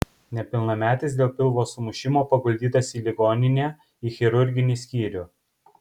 nepilnametis dėl pilvo sumušimo paguldytas į ligoninę į chirurginį skyrių